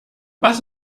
was